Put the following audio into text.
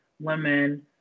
women